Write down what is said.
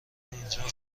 اینجا